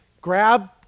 grab